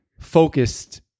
focused